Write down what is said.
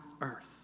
earth